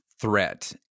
threat